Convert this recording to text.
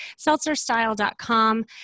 seltzerstyle.com